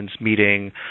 meeting